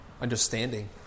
Understanding